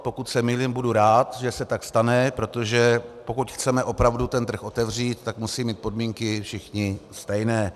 Pokud se mýlím, budu rád, že se tak stane, protože pokud chceme opravdu ten trh otevřít, tak musí mít podmínky všichni stejné.